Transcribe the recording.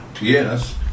Yes